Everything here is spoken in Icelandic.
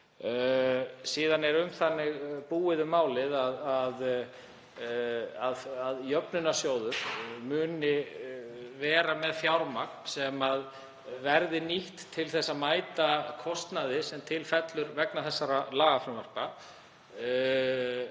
Síðan er þannig búið um málið að jöfnunarsjóður mun verða með fjármagn sem verður nýtt til að mæta kostnaði sem til fellur vegna þessara lagafrumvarpa,